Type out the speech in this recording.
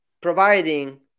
providing